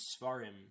svarim